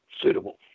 suitable